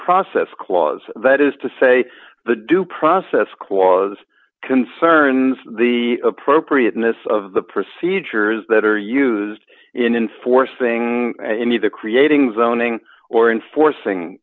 process clause that is to say the due process clause concerns the appropriateness of the procedures that are used in enforcing and either creating zoning or enforcing